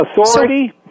authority